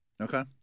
Okay